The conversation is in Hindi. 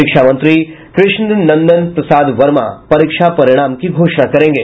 शिक्षा मंत्री कृष्ण नंदन प्रसाद वर्मा परीक्षा परिणाम की घोषणा करेंगे